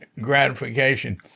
gratification